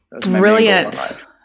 Brilliant